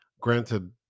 granted